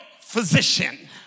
physician